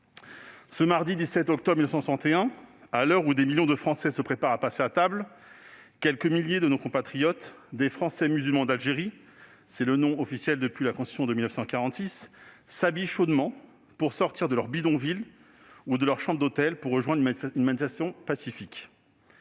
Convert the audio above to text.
Ce mardi 17 octobre 1961, à l'heure où des millions de Français se préparent à passer à table, quelques milliers de nos compatriotes, des Français musulmans d'Algérie- c'est le nom officiel depuis la Constitution de 1946 -s'habillent chaudement pour sortir de leur bidonville ou de leur chambre d'hôtel et rejoindre une manifestation pacifique.